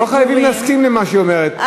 לא חייבים להסכים למה שהיא אומרת,